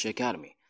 Academy